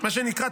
מה שנקרא,